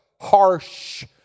harsh